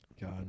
God